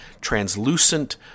translucent